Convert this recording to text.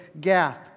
Gath